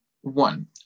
One